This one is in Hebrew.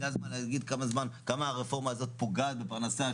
זה הזמן להגיד כמה הרפורמה הזאת פוגעת בפרנסה.